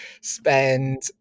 spend